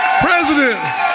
President